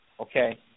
okay